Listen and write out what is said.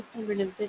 250